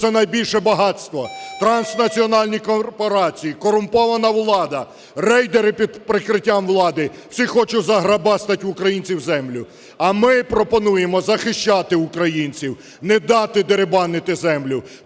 це найбільше багатство. Транснаціональні корпорації, корумпована влада, рейдери під прикриттям влади. Всі хочуть заграбастати в українців землю. А ми пропонуємо захищати українців, не дати дерибанити землю.